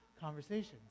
conversations